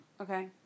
Okay